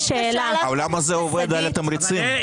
העולם הזה עובד על תמריצים.